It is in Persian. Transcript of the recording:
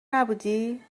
نبودی